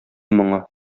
моңы